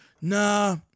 nah